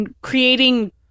creating